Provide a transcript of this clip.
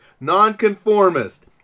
nonconformist